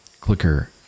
Clicker